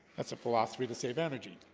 that's a philosophy to save energy,